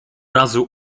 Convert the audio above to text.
razu